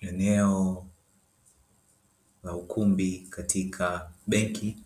Eneo la ukumbi katika benki